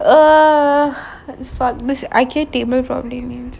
uh fuck this I get table from him ya